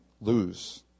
lose